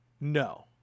No